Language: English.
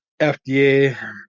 FDA